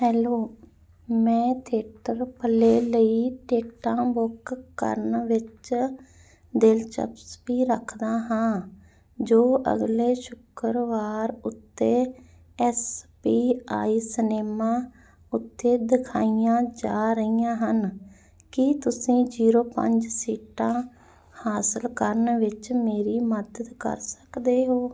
hello ਮੈਂ theatre play ਲਈ ਟਿਕਟਾਂ ਬੁੱਕ ਕਰਨ ਵਿੱਚ ਦਿਲਚਸਪੀ ਰੱਖਦਾ ਹਾਂ ਜੋ ਅਗਲੇ ਸ਼ੁੱਕਰਵਾਰ ਉੱਤੇ ਐੱਸ ਪੀ ਆਈ ਸਿਨੇਮਾ ਉੱਤੇ ਦਿਖਾਈਆਂ ਜਾ ਰਹੀਆਂ ਹਨ ਕੀ ਤੁਸੀਂ ਜ਼ੀਰੋ ਪੰਜ ਸੀਟਾਂ ਹਾਸਲ ਕਰਨ ਵਿੱਚ ਮੇਰੀ ਮਦਦ ਕਰ ਸਕਦੇ ਹੋ